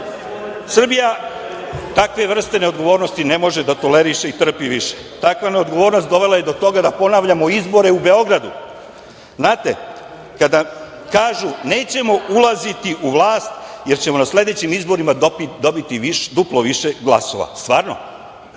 Srbiji. Srbija takve vrste neodgovornosti ne može da toleriše i trpi. Takva neodgovornost dovela je do toga da ponavljamo izbore u Beogradu. Znate, kada kažu - nećemo ulaziti u vlast jer ćemo na sledećim izborima dobiti duplo više glasova. Stvarno?